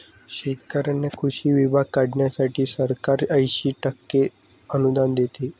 शेतकऱ्यांना कृषी विमा काढण्यासाठी सरकार ऐंशी टक्के अनुदान देते